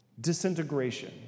disintegration